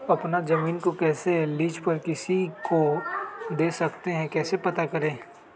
अपना जमीन को कैसे लीज पर किसी को दे सकते है कैसे पता करें?